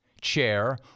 chair